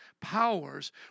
powers